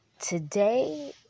Today